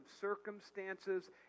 circumstances